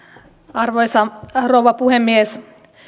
arvoisa rouva puhemies